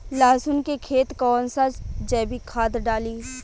लहसुन के खेत कौन सा जैविक खाद डाली?